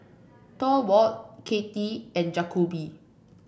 Thorwald Katy and Jakobe